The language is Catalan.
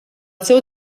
seu